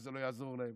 וזה לא יעזור להם.